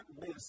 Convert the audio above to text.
miss